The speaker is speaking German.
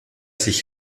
sich